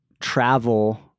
travel